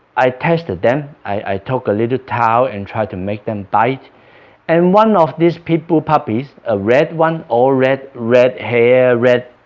i tested them. i took a little towel and tried to make them bite and one of these pitbull puppies, a red one all red red hair